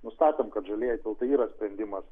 nustatėm kad žalieji tiltai yra sprendimas